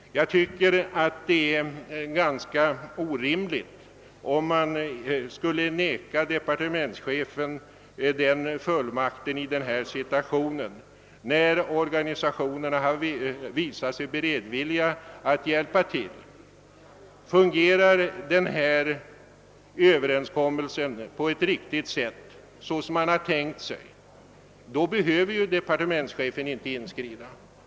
Jag tycker att det är ganska orimligt om man skulle vägra departementschefen denna fullmakt i den här situationen när organsiationerna har visat sig villiga att hjälpa till. Fungerar denna överenskommelse på ett riktigt sätt, så som man har tänkt sig, så behöver ju 'departementschefen inte inskrida.